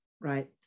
Right